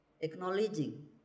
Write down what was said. Acknowledging